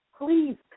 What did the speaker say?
Please